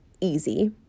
easy